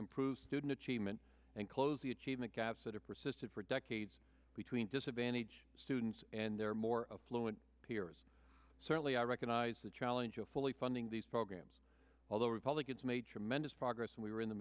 improve student achievement and close the achievement gaps that are persisted for decades between disadvantage students and their more fluent peers certainly i recognize the challenge of fully funding these programs although republicans made tremendous progress and we were in the